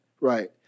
right